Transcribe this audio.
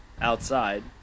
outside